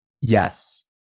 Yes